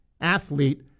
athlete